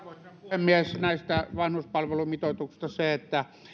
puhemies näistä vanhuspalvelumitoituksista se että